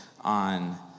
on